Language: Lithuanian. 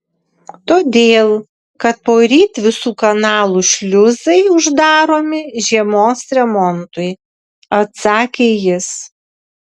todėl kad poryt visų kanalų šliuzai uždaromi žiemos remontui atsakė jis